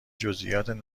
جزییات